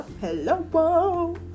hello